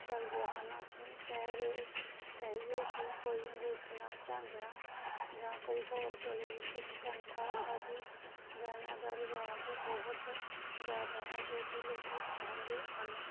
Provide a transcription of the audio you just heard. ਚਲਦੇ ਹਨ ਅਸੀਂ ਕਹਿ ਰਹੇ ਕਹੀਏ ਕਿ ਕੋਈ ਅੰਗੂਠੀਆਂ ਝਾਂਜਰਾਂ ਜਾਂ ਕੋਈ ਹੋਰ ਗਲੇ ਵਿੱਚ ਕੰਠਾ ਆਦਿ ਗਹਿਣਿਆਂ ਦਾ ਰਿਵਾਜ ਬਹੁਤ ਜ਼ਿਆਦਾ ਹੈ ਜੋ ਕਿ ਲੋਕ ਪਹਿਨਦੇ ਹਨ